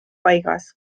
paigas